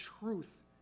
truth